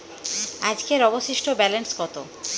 আজকের অবশিষ্ট ব্যালেন্স কত?